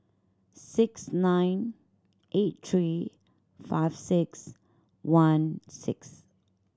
six nine eight three five six one six